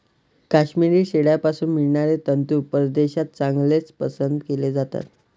काश्मिरी शेळ्यांपासून मिळणारे तंतू परदेशात चांगलेच पसंत केले जातात